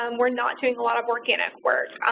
um we're not doing a lot of organic work.